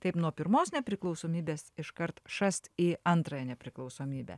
taip nuo pirmos nepriklausomybės iškart šast į antrąją nepriklausomybę